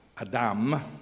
Adam